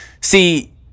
see